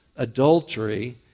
adultery